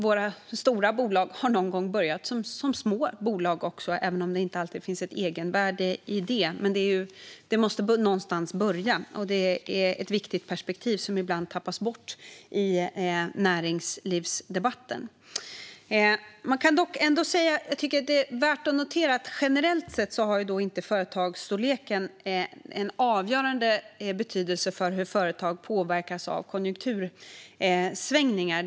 Våra stora bolag har någon gång börjat som små bolag, även om det inte alltid finns ett egenvärde i det. Men de måste någonstans börja, och det är ett viktigt perspektiv som ibland tappas bort i näringslivsdebatten. Det är värt att notera att generellt sett har företagsstorleken inte en avgörande betydelse för hur företag påverkas av konjunktursvängningar.